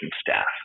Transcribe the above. staff